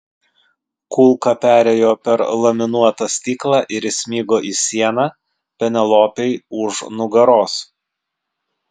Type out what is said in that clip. kulka perėjo per laminuotą stiklą ir įsmigo į sieną penelopei už nugaros